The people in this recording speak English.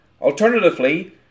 Alternatively